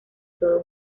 todo